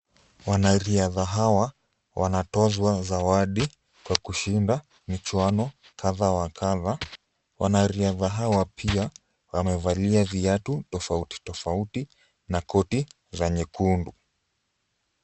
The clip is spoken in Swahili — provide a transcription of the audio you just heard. Wanariadha hawa wanatozwa zawadi kwa kushinda michuano kadha wa kadha, wanariadha hawa pia wamevalia viatu tofauti tofauti na koti za nyekundu.